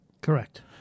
Correct